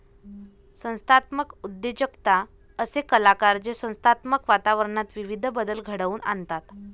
संस्थात्मक उद्योजकता असे कलाकार जे संस्थात्मक वातावरणात विविध बदल घडवून आणतात